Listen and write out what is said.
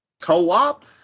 co-op